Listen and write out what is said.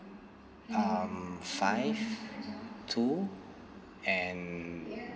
um five two and